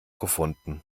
gefunden